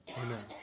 Amen